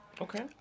okay